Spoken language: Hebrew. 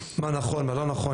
מה נכון ומה לא נכון,